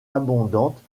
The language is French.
abondante